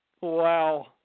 Wow